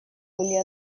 были